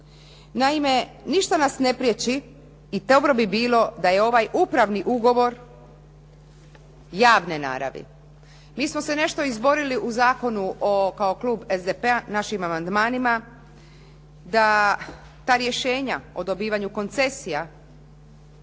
Naime, ništa nas ne priječi i dobro bi bilo da je ovaj upravni ugovor javne naravi. Mi smo se nešto izborili u zakonu kao klub SDP-a našim amandmanima da ta rješenja o dobivanju koncesija